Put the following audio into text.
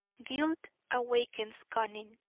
guilt awakens cunning,